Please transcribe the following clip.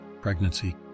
pregnancy